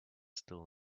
still